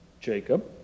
Jacob